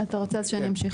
אז אני אמשיך,